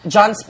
John